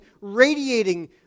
radiating